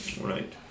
right